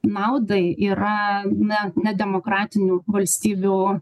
naudai yra ne nedemokratinių valstybių